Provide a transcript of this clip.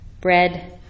bread